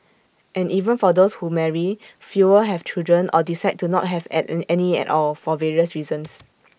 and even for those who marry fewer have children or decide to not have any at all for various reasons